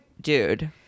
Dude